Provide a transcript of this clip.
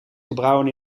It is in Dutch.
gebrouwen